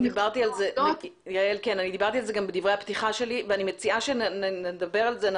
אני דיברתי על זה גם בדברי הפתיחה שלי ואני מציעה שנדבר על זה,